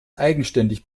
eigenständig